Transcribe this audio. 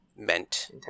meant